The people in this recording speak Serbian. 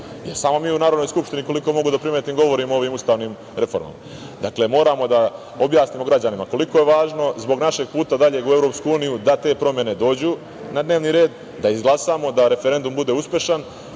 samo mi u Narodnoj skupštini, koliko mogu da primetim, govorimo o ovim ustavnim reformama. Dakle, moramo da objasnimo građanima koliko je važno zbog našeg daljeg puta u EU da te promene dođu na dnevni red, da izglasamo da referendum bude uspešan,